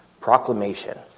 Proclamation